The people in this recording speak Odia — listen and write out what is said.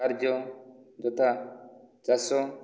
କାର୍ଯ୍ୟ ଯଥା ଚାଷ